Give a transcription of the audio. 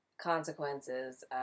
consequences